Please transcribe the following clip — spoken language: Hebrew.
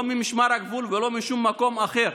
לא ממשמר הגבול ולא משום מקום אחר,